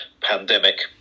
pandemic